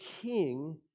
king